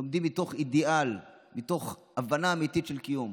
לומדים מתוך אידיאל, מתוך הבנה אמיתית של קיום.